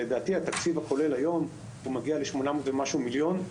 לדעתי התקציב הכולל היום מגיע ל-800 ומשהו מיליון שקלים,